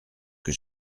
que